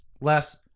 less